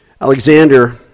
Alexander